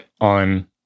on